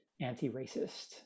anti-racist